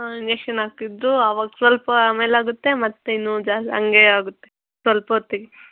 injection ಹಾಕಿದರು ಆವಾಗ ಸ್ವಲ್ಪ ಮೇಲಾಗುತ್ತೆ ಮತ್ತೆ ಇನ್ನೂ ಜಾಸ್ ಹಂಗೇ ಆಗುತ್ತೆ ಸ್ವಲ್ಪ ಹೊತ್ತಿಗೆ